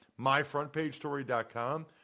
Myfrontpagestory.com